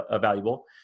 valuable